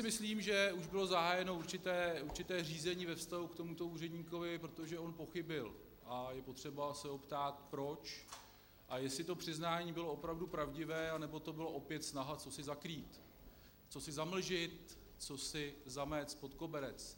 Myslím si, že už bylo zahájeno určité řízení ve vztahu k tomuto úředníkovi, protože on pochybil a je potřeba se ho ptát proč, a jestli to přiznání bylo opravdu pravdivé, nebo to byla opět snaha cosi zakrýt, cosi zamlžit, cosi zamést pod koberec.